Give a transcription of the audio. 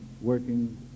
working